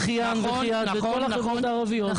את "חיאן" ו"חיאת" ואת כל החברות הערביות ונדון על זה.